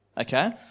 Okay